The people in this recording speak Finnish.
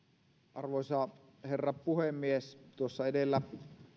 arvoisa herra puhemies tuossa edellä